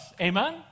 amen